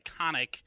iconic